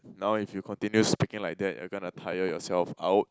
now if you continue speaking like that you're gonna tire yourself out